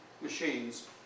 machines